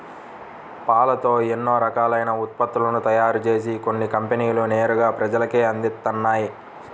పాలతో ఎన్నో రకాలైన ఉత్పత్తులను తయారుజేసి కొన్ని కంపెనీలు నేరుగా ప్రజలకే అందిత్తన్నయ్